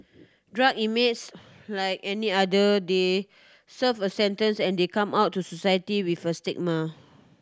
drug inmates like any other they serve a sentence and they come out to society with a stigma